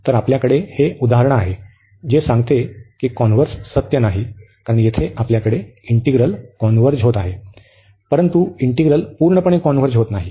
तर आपल्याकडे हे उदाहरण आहे जे सांगते की कॉन्व्हर्स सत्य नाही कारण येथे आपल्याकडे इंटिग्रल कॉन्व्हर्ज होत आहे परंतु इंटिग्रल पूर्णपणे कॉन्व्हर्ज होत नाही